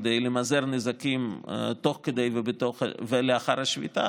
כדי למזער נזקים תוך כדי ולאחר השביתה,